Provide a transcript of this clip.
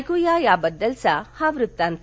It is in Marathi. ऐकू या त्याबद्दलचा हा वृत्तांत